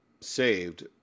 saved